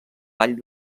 vall